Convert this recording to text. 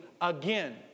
again